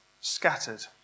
scattered